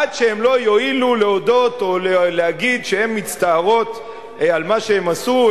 עד שהן לא יואילו להודות או להגיד שהן מצטערות על מה שהן עשו,